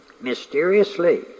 mysteriously